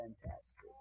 fantastic